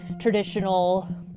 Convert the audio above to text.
traditional